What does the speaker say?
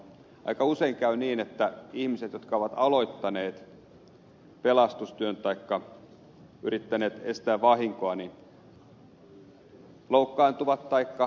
aika usein käy niin että ihmiset jotka ovat aloittaneet pelastustyön taikka yrittäneet estää vahinkoa loukkaantuvat taikka hajottavat omaisuutta niin kuin ed